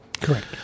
Correct